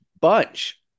bunch